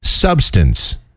substance